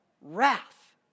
wrath